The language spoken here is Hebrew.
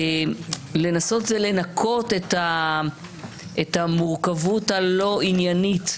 לנסות ולנקות את המורכבות הלא עניינית.